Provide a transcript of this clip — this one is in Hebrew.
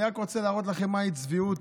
אני רק רוצה להראות לכם מהי צביעות,